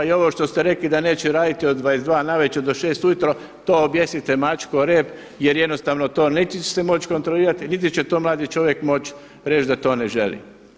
I ovo što ste rekli da neće raditi od 22 navečer do 6 ujutro, to objesite mačku o rep jer jednostavno niti će se moći kontrolirati niti će to mladi čovjek reći da to ne želi.